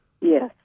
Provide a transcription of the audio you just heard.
Yes